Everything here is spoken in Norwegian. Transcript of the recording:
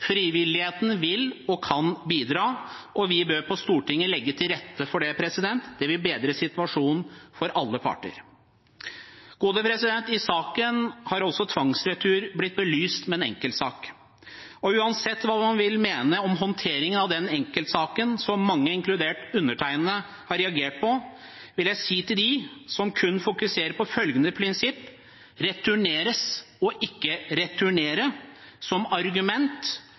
Frivilligheten vil og kan bidra, og vi bør på Stortinget legge til rette for det. Det vil bedre situasjonen for alle parter. I denne saken har også tvangsretur blitt belyst gjennom en enkeltsak, og uansett hva man vil mene om håndteringen av den enkeltsaken, som mange, inkludert undertegnede, har reagert på, vil jeg si til dem som kun fokuserer på prinsippet om å returnere eller ikke returnere som argument